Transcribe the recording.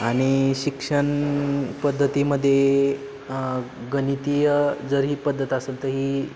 आणि शिक्षण पद्धतीमध्ये गणितीय जर ही पद्धत असेल तर ही